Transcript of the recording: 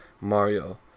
Mario